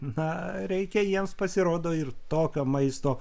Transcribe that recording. na reikia jiems pasirodo ir tokio maisto